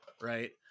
right